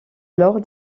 alors